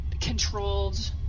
controlled